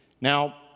Now